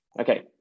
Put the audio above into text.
Okay